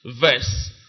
verse